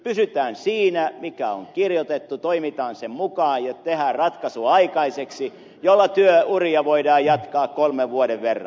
pysytään siinä mikä on kirjoitettu toimitaan sen mukaan ja tehdään sellainen ratkaisu jolla työuria voidaan jatkaa kolmen vuoden verran